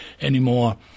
anymore